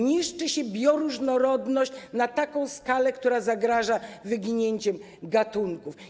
Niszczy się bioróżnorodność na taką skalę, która zagraża wyginięciem gatunków.